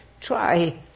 try